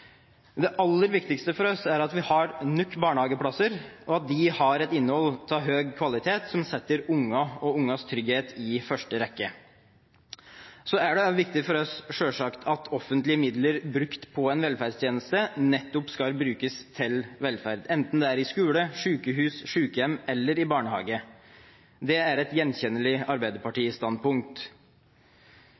Det aller viktigste for oss er at vi har nok barnehageplasser, og at de har et innhold av høy kvalitet og setter ungene og ungenes trygghet i første rekke. Det er selvsagt også viktig for oss at offentlige midler til en velferdstjeneste skal brukes til nettopp velferd, enten det er i skole, sykehus, sykehjem eller barnehage. Det er et gjenkjennelig